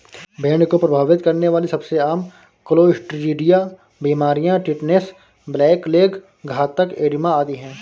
भेड़ को प्रभावित करने वाली सबसे आम क्लोस्ट्रीडिया बीमारियां टिटनेस, ब्लैक लेग, घातक एडिमा आदि है